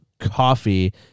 coffee